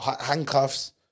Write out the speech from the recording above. handcuffs